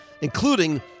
including